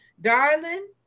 darling